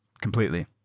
completely